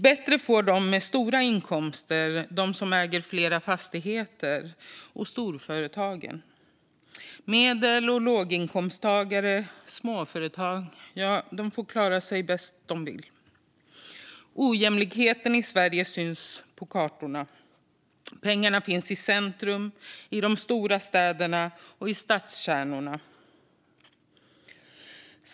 Bättre får de med stora inkomster det, de som äger flera fastigheter och storföretagen. Medel och låginkomsttagare och småföretag får klara sig bäst de vill. Ojämlikheten i Sverige syns på kartorna. Pengarna finns i centrum, i de stora städerna och i stadskärnorna.